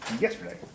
yesterday